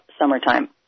summertime